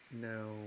No